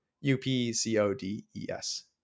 U-P-C-O-D-E-S